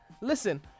listen